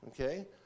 Okay